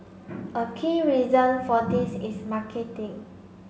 a key reason for this is marketing